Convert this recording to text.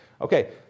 Okay